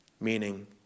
Meaning